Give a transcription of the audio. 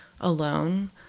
alone